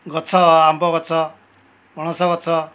ଗଛ ଆମ୍ବ ଗଛ ପଣସ ଗଛ